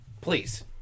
Please